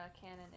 cannon